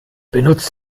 benutzt